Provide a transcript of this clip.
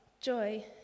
joy